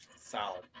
solid